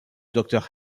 docteur